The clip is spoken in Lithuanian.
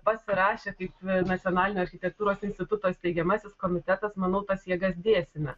pasirašė kaip nacionalinio architektūros instituto steigiamasis komitetas manau tas jėgas dėsime